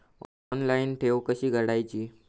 Online ठेव कशी उघडायची?